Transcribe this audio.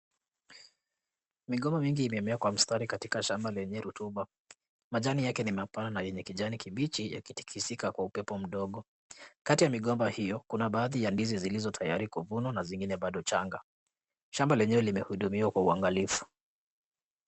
Migomba mingi imemea kwa mistari katika shamba lenye rutuba, majani yake ni mapana yenye kijani kibichi yakitikisika kwa upepo mdogo, kati ya migomba hiyo kuna baadhi ya ndizi zilizotayari kuvunwa na nyingine bado changa, shamba lenyewe limehidhuriwa kwa uangalifu.